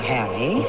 Harry